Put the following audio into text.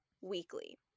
weekly